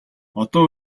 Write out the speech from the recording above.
одоо